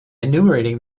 enumerating